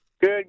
Good